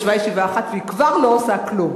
ישבה ישיבה אחת והיא כבר לא עושה כלום.